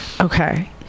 Okay